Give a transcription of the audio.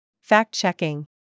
Fact-Checking